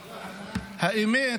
האמת,